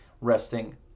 Resting